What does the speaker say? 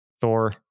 Thor